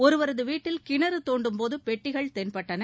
ஒருவரது வீட்டில் கிணறு தோண்டும்போது பெட்டிகள் தென்பட்டன